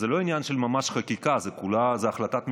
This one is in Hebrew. זה לא עניין של חקיקה ממש, זה החלטת ממשלה.